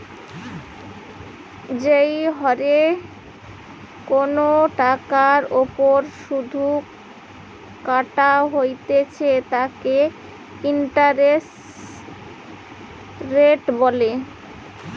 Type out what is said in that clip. যেই হরে কোনো টাকার ওপর শুধ কাটা হইতেছে তাকে ইন্টারেস্ট রেট বলে